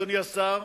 אדוני השר,